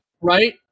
right